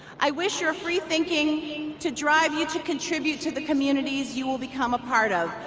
i wish your free-thinking to drive you to contribute to the communities you will become a part of.